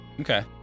Okay